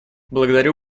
благодарю